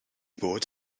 bod